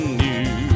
new